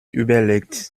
überlegt